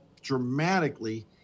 dramatically